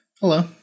Hello